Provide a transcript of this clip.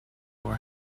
door